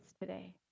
today